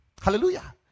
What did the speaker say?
Hallelujah